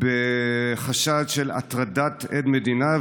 בחשד של הטרדת עד מדינה,